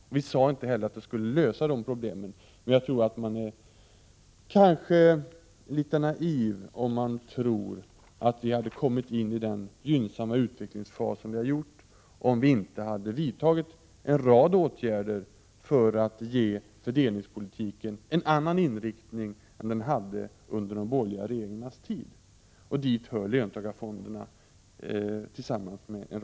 Men vi sade inte heller att de skulle lösa de problemen. Jag tror att man är litet naiv om man tror att vi skulle ha kommit in i den gynnsamma utvecklingsfas som vi befinner oss i, om regeringen inte vidtagit en rad åtgärder för att ge fördelningspolitiken en annan inriktning än den hade under de borgerliga regeringarnas tid. Till de åtgärderna hör löntagarfonderna.